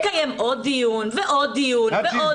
נקיים עוד דיון ועוד דיון ועוד דיון.